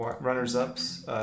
Runners-Ups